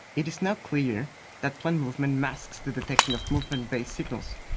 it is now clear that plant movement masks the detection of movement-based signals,